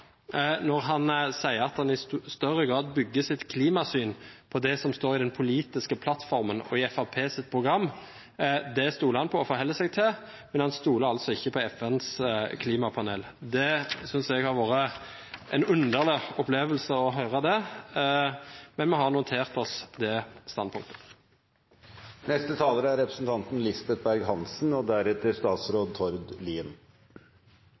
når han sier at han i større grad bygger sitt klimasyn på det som står i den politiske plattformen og programmet til Fremskrittspartiet. Det stoler han på og forholder seg til, men han stoler altså ikke på FNs klimapanel. Jeg synes det har vært en underlig opplevelse å høre det, men vi har notert oss det standpunktet. Mange ser på Nordland som et sjømatfylke. Det er vi, og